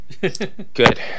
Good